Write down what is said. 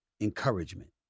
encouragement